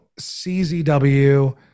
CZW